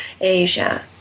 Asia